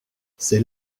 c’est